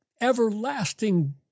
everlasting